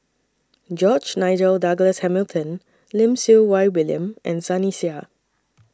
George Nigel Douglas Hamilton Lim Siew Wai William and Sunny Sia